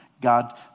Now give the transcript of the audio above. God